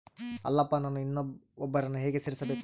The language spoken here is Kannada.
ಅಲ್ಲಪ್ಪ ನಾನು ಇನ್ನೂ ಒಬ್ಬರನ್ನ ಹೇಗೆ ಸೇರಿಸಬೇಕು?